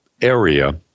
area